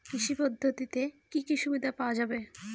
কৃষি পদ্ধতিতে কি কি সুবিধা পাওয়া যাবে?